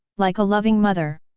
like a loving mother.